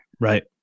Right